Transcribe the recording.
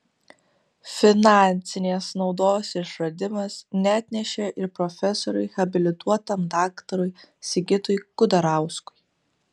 finansinės naudos išradimas neatnešė ir profesoriui habilituotam daktarui sigitui kudarauskui